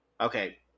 Okay